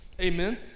amen